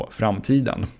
framtiden